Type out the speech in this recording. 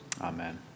Amen